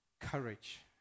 courage